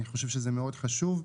אני חושב שזה מאוד חשוב.